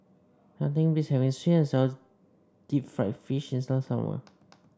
nothing beats having sweet and sour Deep Fried Fish in the summer